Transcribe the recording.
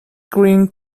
green